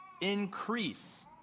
Increase